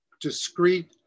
discrete